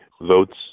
votes